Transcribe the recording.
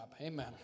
Amen